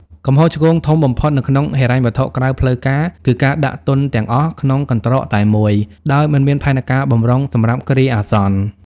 កំហុសឆ្គងធំបំផុតនៅក្នុងហិរញ្ញវត្ថុក្រៅផ្លូវការ គឺការដាក់ទុនទាំងអស់ក្នុង "កន្ត្រកតែមួយ" ដោយមិនមានផែនការបម្រុងសម្រាប់គ្រាអាសន្ន។